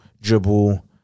dribble